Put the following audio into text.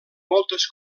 moltes